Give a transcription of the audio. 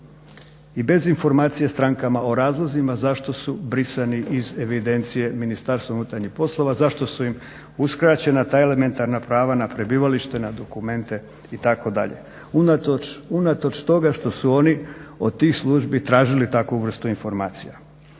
i bez informacije strankama o razlozima zašto su brisani iz evidencije Ministarstva unutarnjih poslova, zašto su im uskraćena ta elementarna prava na dokumente itd. Unatoč, unatoč toga što su oni od tih službi tražili takvu vrstu informacija.